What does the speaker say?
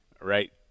right